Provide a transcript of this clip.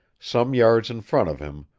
some yards in front of him,